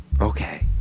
Okay